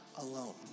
alone